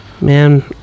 Man